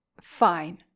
fine